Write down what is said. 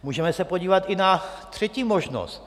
Můžeme se podívat i na třetí možnost.